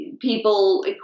people